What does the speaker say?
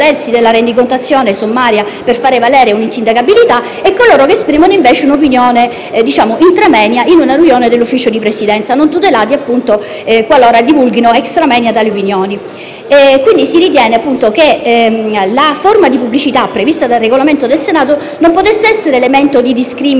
resocontazione sommaria per far valere un'insindacabilità) e coloro che esprimano un'opinione *intra moenia* in una riunione dell'Ufficio di Presidenza (non tutelati qualora divulghino *extra moenia* tali opinioni). Si ritiene, pertanto, che la forma di pubblicità prevista dal Regolamento del Senato non potesse essere l'elemento di discrimine per valutare